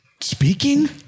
speaking